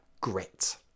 Grit